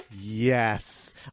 Yes